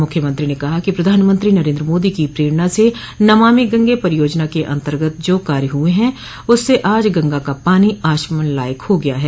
मुख्यमंत्री ने कहा कि प्रधानमंत्री नरेन्द्र मोदी की प्रेरणा से नमामि गंगे परियोजना के अन्तर्गत जो कार्य हुए है उससे आज गंगा का पानी आचमन लायक हो गया है